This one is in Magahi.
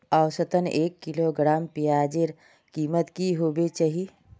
औसतन एक किलोग्राम प्याजेर कीमत की होबे चही?